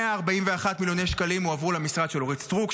141 מיליוני שקלים הועברו למשרד של אורית סטרוק,